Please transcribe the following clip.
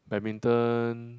badminton